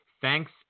thanks